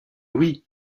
oui